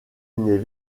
n’est